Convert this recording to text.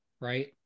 right